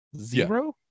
Zero